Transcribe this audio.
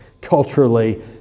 culturally